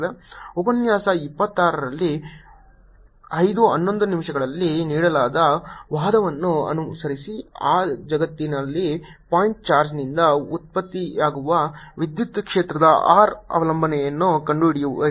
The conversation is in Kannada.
ಉಪನ್ಯಾಸ 26 ರಲ್ಲಿ 511 ನಿಮಿಷಗಳಲ್ಲಿ ನೀಡಲಾದ ವಾದವನ್ನು ಅನುಸರಿಸಿ ಆ ಜಗತ್ತಿನಲ್ಲಿ ಪಾಯಿಂಟ್ ಚಾರ್ಜ್ನಿಂದ ಉತ್ಪತ್ತಿಯಾಗುವ ವಿದ್ಯುತ್ ಕ್ಷೇತ್ರದ r ಅವಲಂಬನೆಯನ್ನು ಕಂಡುಹಿಡಿಯಿರಿ